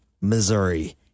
Missouri